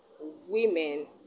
women